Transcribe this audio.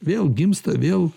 vėl gimsta vėl